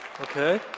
Okay